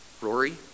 Rory